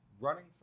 Running